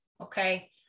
okay